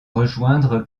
rejoindre